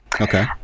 Okay